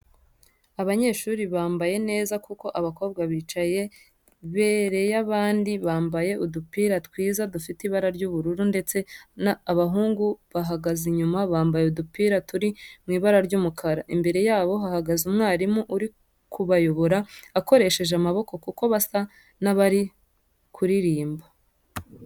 Abanyeshuri bambaye neza kuko abakobwa bicaye bere y'abandi bambaye udupira twiza dufite ibara ry'ubururu ndetse abahungu bahagaze inyuma bambaye udupira turi mu ibara ry'umukara. Imbere yabo hahagaze umwarimu uri kubayobora akoresheje amaboko kuko basa n'abari kuririmba.